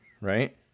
right